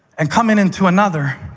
and coming into another,